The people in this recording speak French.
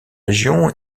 émission